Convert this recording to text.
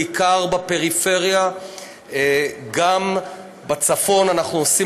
בעיקר בפריפריה; גם בצפון אנחנו עושים